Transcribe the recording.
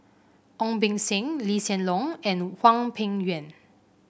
Ong Beng Seng Lee Hsien Loong and Hwang Peng Yuan